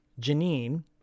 Janine